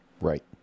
Right